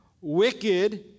wicked